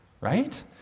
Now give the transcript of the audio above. right